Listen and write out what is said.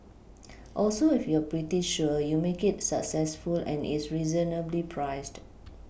also if you're pretty sure you make it successful and it's reasonably priced